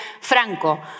Franco